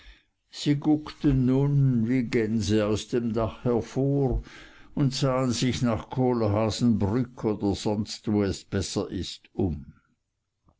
sie guckten nun wie gänse aus dem dach vor und sahen sich nach kohlhaasenbrück oder sonst wo es besser ist um